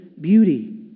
beauty